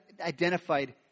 identified